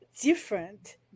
different